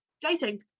dating